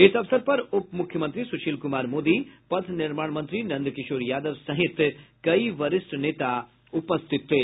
इस अवसर पर उप मुख्यमंत्री सुशील कुमार मोदी पथ निर्माण मंत्री नंद किशोर यादव सहित कई वरिष्ठ नेता उपस्थित थे